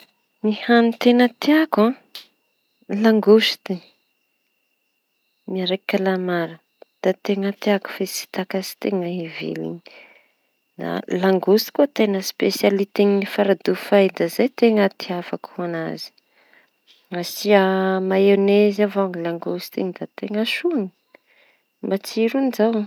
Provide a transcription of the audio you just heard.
Ny hani teña tiako da langosty miaraky kalamara da teña tiako fe tsy takatsy teña ny viliñy. Da langosty koa teña spesialite Faradofay teña tiavako an'azy asia mayônezy avao langosty iñy da teña soa. Matsiro an'izao!